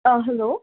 hello